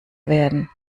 werden